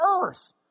earth